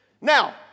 Now